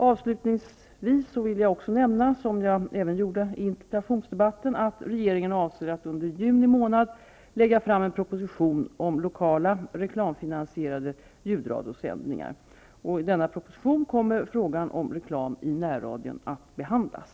Avslutningsvis vill jag nämna -- som jag gjorde även i interpellationsdebatten -- att regeringen avser att under juni månad lägga fram en proposition om lokala, reklamfinansierade ljudradiosändningar. I denna proposition kommer frågan om reklam i närradion att behandlas.